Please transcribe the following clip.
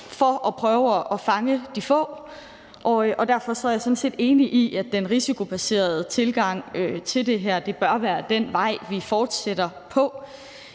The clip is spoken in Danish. for at prøve at fange de få. Derfor er jeg sådan set enig i, at den risikobaserede tilgang til det her bør være den vej, vi fortsætter ad.